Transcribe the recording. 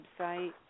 website